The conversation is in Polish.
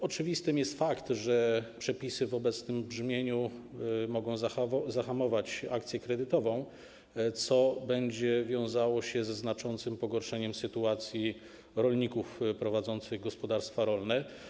Oczywisty jest fakt, że przepisy w obecnym brzmieniu mogą zahamować akcję kredytową, co będzie wiązało się ze znaczącym pogorszeniem sytuacji rolników prowadzących gospodarstwa rolne.